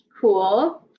Cool